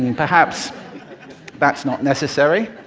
and perhaps that's not necessary.